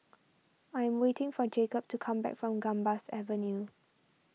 I'm waiting for Jacob to come back from Gambas Avenue